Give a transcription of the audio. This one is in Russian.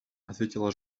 ответила